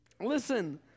listen